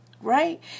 right